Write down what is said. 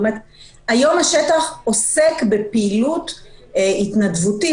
היום השטח עוסק בפעילות התנדבותית